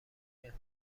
ایه